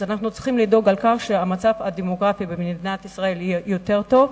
אז אנחנו צריכים לדאוג לכך שהמצב הדמוגרפי במדינת ישראל יהיה יותר טוב,